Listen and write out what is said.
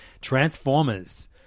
Transformers